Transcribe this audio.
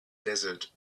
desert